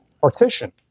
partition